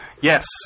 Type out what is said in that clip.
yes